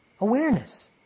Awareness